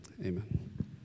Amen